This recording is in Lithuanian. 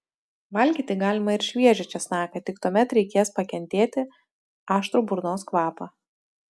valgyti galima ir šviežią česnaką tik tuomet reikės pakentėti aštrų burnos kvapą